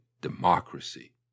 democracy